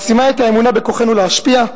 מעצימה את האמונה בכוחנו להשפיע,